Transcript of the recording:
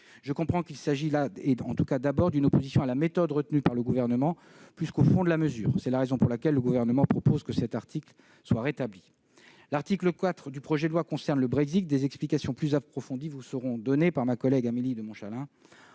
Je comprends qu'il s'agit là avant tout d'une opposition à la méthode retenue par le Gouvernement plus qu'au fond de la mesure. C'est la raison pour laquelle le Gouvernement propose que cet article soit rétabli. L'article 4 du projet de loi concerne le Brexit. Des explications plus approfondies vous seront données par ma collègue Amélie de Montchalin.